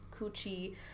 coochie